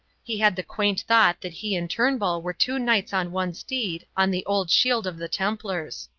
he had the quaint thought that he and turnbull were two knights on one steed on the old shield of the templars.